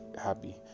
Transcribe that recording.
happy